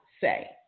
say